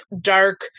dark